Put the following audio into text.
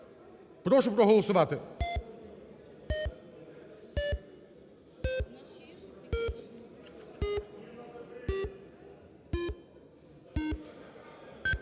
Прошу проголосувати,